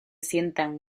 sientan